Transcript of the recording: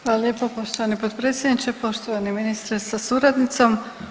Hvala lijepa poštovani potpredsjedniče, poštovani ministre sa suradnicom.